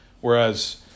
Whereas